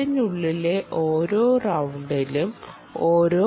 അതിനുള്ളിലെ ഓരോ റൌണ്ടിലും ഓരോ